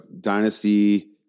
dynasty